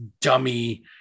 dummy